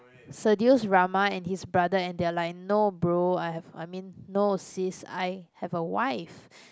seduce Rahma and his brother and they're like no bro I have I mean no sis I have a wife